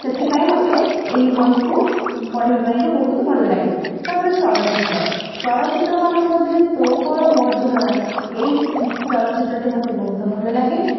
ସେଥିପାଇଁ ମୋତେ ଏହି ବହିକୁ ପଢ଼ିବା ପାଇଁ କି ବହୁତ ଭଲ ଲାଗେ ତା'ପରେ ଚଳଚ୍ଚିତ୍ର ଚଳଚ୍ଚିତ୍ର ମାନଙ୍କ ମଧ୍ୟରେ ତୋ କୋଳ ମୋ ଝୁଲଣା ଏଇ ଚଳଚ୍ଚିତ୍ରଟି ମୋତେ ବହୁତ ଭଲ ଲାଗେ